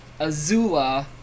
Azula